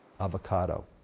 avocado